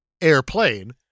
Airplane